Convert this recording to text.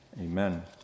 Amen